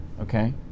Okay